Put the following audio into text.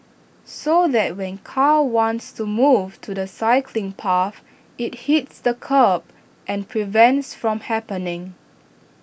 so that when car wants to move to the cycling path IT hits the kerb and prevents from happening